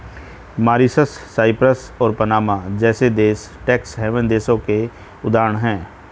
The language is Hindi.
मॉरीशस, साइप्रस और पनामा जैसे देश टैक्स हैवन देशों के उदाहरण है